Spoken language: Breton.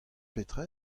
petra